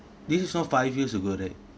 this is all five years ago right